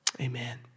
Amen